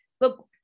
look